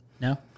No